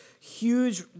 huge